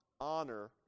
honor